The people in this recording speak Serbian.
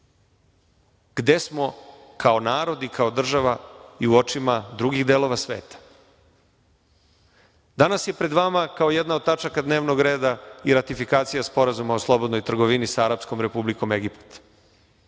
gde smo kao narod i kao država i u očima drugih delova sveta. Danas je pred vama, kao jedna od tačaka dnevnog reda i ratifikacija Sporazuma o slobodnoj trgovini sa Arapskom Republikom Egipat.